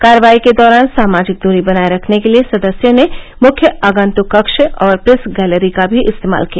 कार्यवाही के दौरान सामाजिक दूरी बनाये रखने के लिए सदस्यों ने मुख्य आगतंक कक्ष और प्रेस गैलरी का भी इस्तेमाल किया